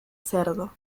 cerdo